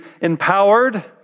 empowered